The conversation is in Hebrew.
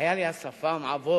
היה לי אז שפם עבות,